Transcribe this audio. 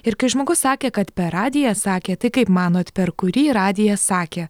ir kai žmogus sakė kad per radiją sakė tai kaip manot per kurį radiją sakė